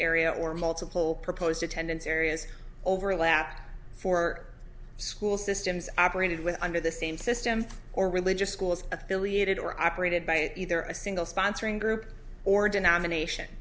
area or multiple proposed attendance areas overlap for school systems operated with under the same system or religious schools affiliated or operated by either a single sponsoring group or denomination